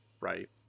Right